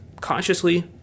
consciously